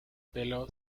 pelo